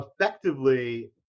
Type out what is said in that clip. Effectively